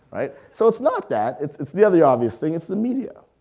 so it's not that. it's it's the other obvious thing, it's the media.